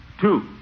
two